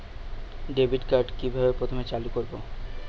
Debit card কিভাবে প্রথমে চালু করব?